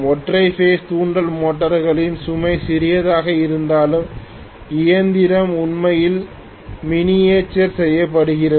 ஒற்றை பேஸ் தூண்டல் மோட்டர்களில் சுமை சிறியதாக இருந்தாலும் இயந்திரமும் உண்மையில் மினியேச்சர் செய்யப்படுகிறது